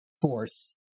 Force